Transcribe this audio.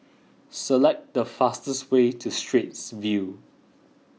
select the fastest way to Straits View